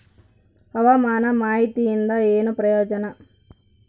ಹವಾಮಾನ ಮಾಹಿತಿಯಿಂದ ಏನು ಪ್ರಯೋಜನ?